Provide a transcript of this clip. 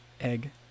egg